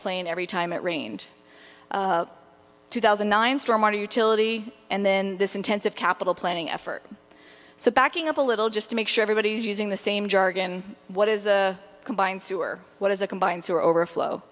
plain every time it rained two thousand and nine storm our utility and then this intensive capital planning effort so backing up a little just to make sure everybody's using the same jargon what is a combined sewer what is a combined sewer overflow